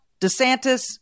DeSantis